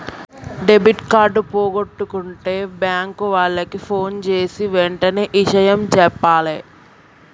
debit card పోగొట్టుకుంటే bank వాళ్లకి ఫోన్జేసి వెంటనే ఇషయం జెప్పాలే